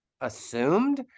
assumed